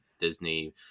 Disney